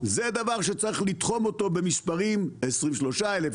זה דבר שצריך לתחום אותו במספרים 23,000,